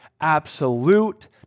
absolute